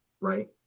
right